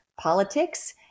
politics